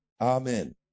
Amen